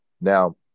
Now